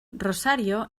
rosario